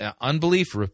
unbelief